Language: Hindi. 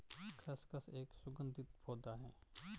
खसखस एक सुगंधित पौधा है